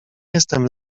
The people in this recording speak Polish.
jestem